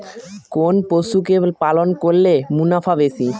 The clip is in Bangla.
কোন পশু কে পালন করলে মুনাফা বেশি?